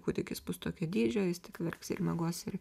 kūdikis bus tokio dydžio jis tik verks ir miegos ir